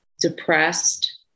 depressed